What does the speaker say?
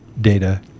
data